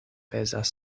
pezas